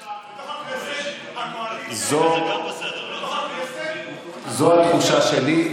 בתוך הכנסת, הקואליציה, זו התחושה שלי.